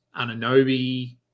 Ananobi